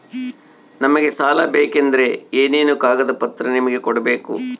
ನಮಗೆ ಸಾಲ ಬೇಕಂದ್ರೆ ಏನೇನು ಕಾಗದ ಪತ್ರ ನಿಮಗೆ ಕೊಡ್ಬೇಕು?